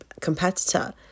competitor